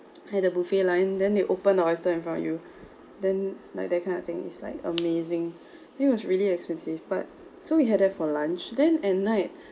at the buffet line then they open the oyster in front of you then like that kind of thing it's like amazing it was really expensive but so we had that for lunch then at night